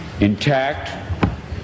intact